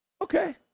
Okay